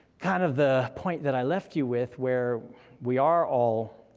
kind of the point that i left you with, where we are all